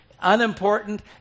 unimportant